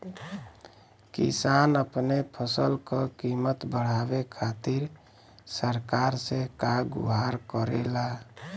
किसान अपने फसल क कीमत बढ़ावे खातिर सरकार से का गुहार करेला?